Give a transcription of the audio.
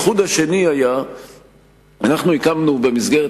הייחוד השני היה שאנחנו הקמנו במסגרת